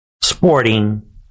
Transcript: sporting